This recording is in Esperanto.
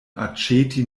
aĉeti